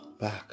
back